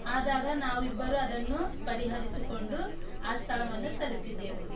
ಆದಾಗ ನಾವಿಬ್ಬರು ಅದನ್ನು ಪರಿಹರಿಸಿಕೊಂಡು ಆ ಸ್ಥಳವನ್ನು ತಲುಪಿದ್ದೆವು